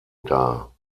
dar